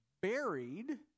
buried